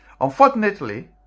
unfortunately